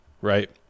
right